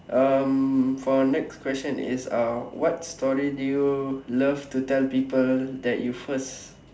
um for next question is uh what story do you love to tell people that you first